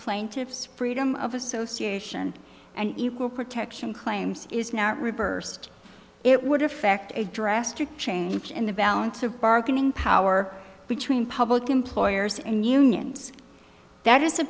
plaintiffs freedom of association and equal protection claims is not reversed it would affect a drastic change in the balance of bargaining power between public employers and unions that is a